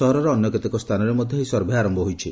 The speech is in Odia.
ସହରର ଅନ୍ୟକେତେକ ସ୍ଥାନରେ ମଧ୍ଧ ଏହି ସର୍ଭେ ଆରମ୍ଠ ହୋଇଛି